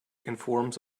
informs